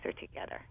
together